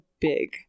big